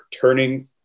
turning